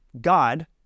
God